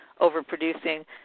overproducing